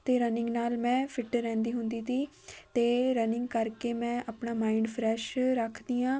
ਅਤੇ ਰਨਿੰਗ ਨਾਲ ਮੈਂ ਫਿਟ ਰਹਿੰਦੀ ਹੁੰਦੀ ਤੀ ਅਤੇ ਰਨਿੰਗ ਕਰਕੇ ਮੈਂ ਆਪਣਾ ਮਾਇੰਡ ਫਰੈਸ਼ ਰੱਖਦੀ ਹਾਂ